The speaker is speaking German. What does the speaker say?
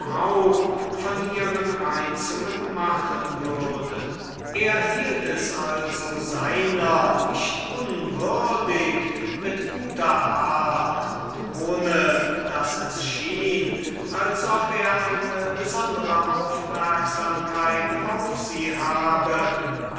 von ihren reizungen zu machen er hielt es also seiner nicht unwürdig mit guter art und ohne daß es schien als ob er einige besondere aufmerksamkeit auf sie habe